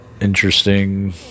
Interesting